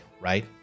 right